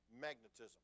magnetism